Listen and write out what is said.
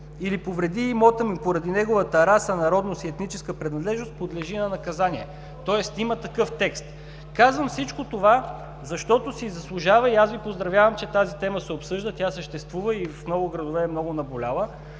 или повреди имота му поради неговата раса, народност и етническа принадлежност, подлежи на наказание“. Тоест има такъв текст. Казвам всичко това, защото си заслужава, и аз Ви поздравявам, че тази тема се обсъжда – тя съществува, и в много градове е много наболяла,